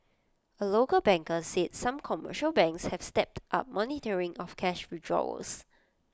A local banker said some commercial banks have stepped up monitoring of cash withdrawals